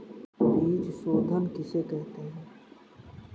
बीज शोधन किसे कहते हैं?